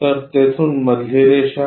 तर तेथून मधली रेषा